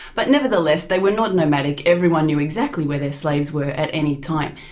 but nevertheless they were not nomadic. everyone knew exactly where their slaves were, at any time.